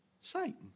Satan